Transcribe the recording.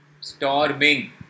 Storming